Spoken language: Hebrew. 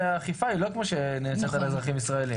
האכיפה היא לא כמו שנעשה אצל אזרחים ישראליים.